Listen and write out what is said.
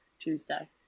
Tuesday